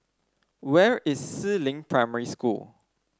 where is Si Ling Primary School